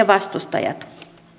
vastustajat